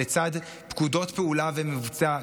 לצד פקודות פעולה ומבצע,